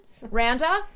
Randa